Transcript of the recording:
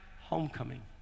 Homecoming